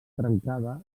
trencada